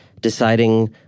deciding